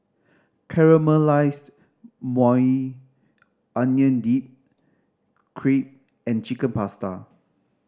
Caramelized Maui Onion Dip Crepe and Chicken Pasta